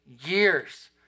years